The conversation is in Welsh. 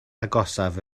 agosaf